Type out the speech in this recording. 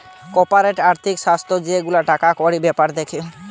corporate আর্থিক সংস্থা যে গুলা টাকা কড়ির বেপার দ্যাখে